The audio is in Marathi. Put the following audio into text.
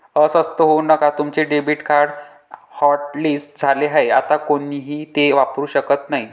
अस्वस्थ होऊ नका तुमचे डेबिट कार्ड हॉटलिस्ट झाले आहे आता कोणीही ते वापरू शकत नाही